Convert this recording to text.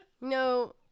No